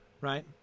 right